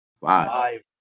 Five